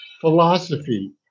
philosophy